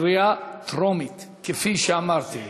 קריאה טרומית, כפי שאמרתי.